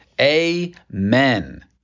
Amen